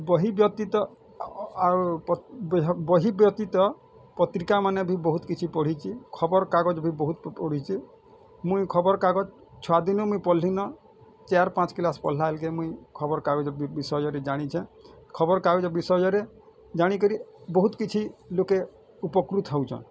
ବହି ବ୍ୟତିତ ଆଉ ବହି ବ୍ୟତିତ ପତ୍ରିକାମାନେ ବି ବହୁତ୍ କିଛି ପଢ଼ିଛି ଖବରକାଗଜ୍ ବି ବହୁତ୍ ପଢ଼ିଛି ମୁଇଁ ଖବରକାଗଜ୍ ଛୁଆଦିନୁ ମୁଇଁ ପଲହିନ ଚାର୍ ପାଞ୍ଚ କ୍ଲାସ୍ ପଢ଼୍ଲା ବେଲେକେ ମୁଇଁ ଖବର କାଗଜ ବିଷୟରେ ଜାଣିଛେଁ ଖବର କାଗଜ ବିଷୟରେ ଜାଣିକରି ବହୁତ୍ କିଛି ଲୁକେ ଉପକୃତ ହଉଛନ୍